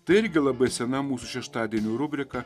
tai irgi labai sena mūsų šeštadienių rubrika